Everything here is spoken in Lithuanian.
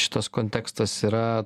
šitas kontekstas yra